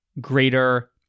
greater